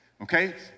okay